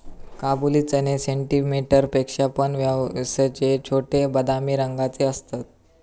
काबुली चणे सेंटीमीटर पेक्षा पण व्यासाचे छोटे, बदामी रंगाचे असतत